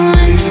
one